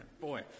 boy